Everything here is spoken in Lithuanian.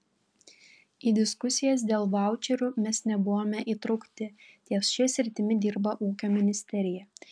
į diskusijas dėl vaučerių mes nebuvome įtraukti ties šia sritimi dirba ūkio ministerija